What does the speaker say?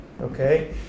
Okay